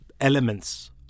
elements